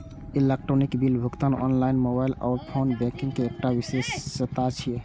electronic bill भुगतान online, mobile आ phone banking के एकटा विशेषता छियै